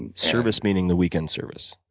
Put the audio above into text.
and service meaning the weekend service?